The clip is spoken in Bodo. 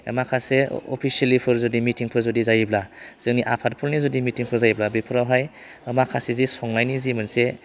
माखासे अफिसेलिफोर जुदि मिथिंफोर जायोब्ला जोंनि आफादफोरनि जुदि मिथिंफोर जायोब्ला बेफोरावहाय माखासे जे संनायनि जे मोनसे